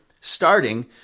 starting